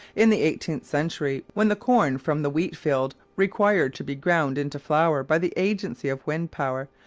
in the eighteenth century, when the corn from the wheat-field required to be ground into flour by the agency of wind-power,